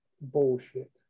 bullshit